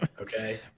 Okay